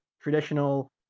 traditional